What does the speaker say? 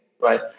right